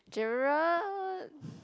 Gerald